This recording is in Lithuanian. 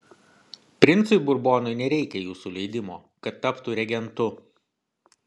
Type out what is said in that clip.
princui burbonui nereikia jūsų leidimo kad taptų regentu